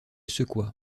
secoua